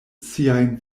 siajn